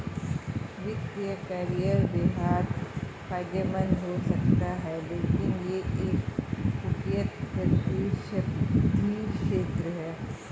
वित्तीय करियर बेहद फायदेमंद हो सकता है लेकिन यह एक कुख्यात प्रतिस्पर्धी क्षेत्र है